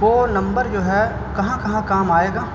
وہ نمبر جو ہے کہاں کہاں کام آئے گا